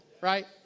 right